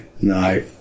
No